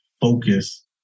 focus